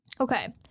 Okay